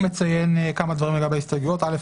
אני רק מציין כמה דברים לגבי ההסתייגויות: א',